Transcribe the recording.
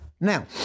Now